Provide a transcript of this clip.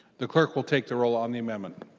the clerk will take the roll on the amendment.